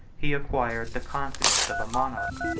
he acquired the confidence of a monarch,